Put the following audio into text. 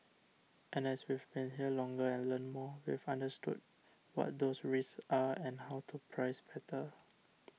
and as we've been here longer and learnt more we've understood what those risks are and how to price better